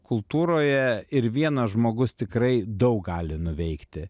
kultūroje ir vienas žmogus tikrai daug gali nuveikti